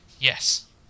Yes